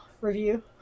review